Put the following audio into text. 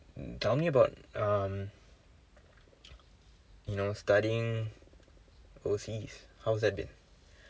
tell me about um you know studying overseas how's that been